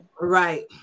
Right